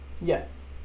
Yes